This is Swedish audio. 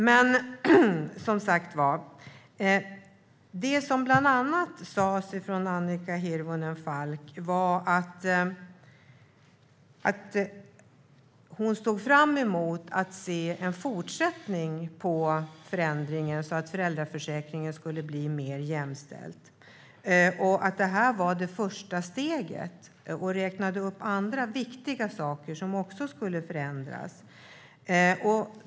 Det Annika Hirvonen Falk bland annat sa var att hon såg fram emot en fortsättning på förändringarna så att föräldraförsäkringen ska bli mer jämställd, att det här var första steget, och hon räknade upp andra viktiga saker som också skulle ändras.